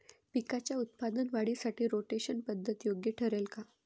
पिकाच्या उत्पादन वाढीसाठी रोटेशन पद्धत योग्य ठरेल का?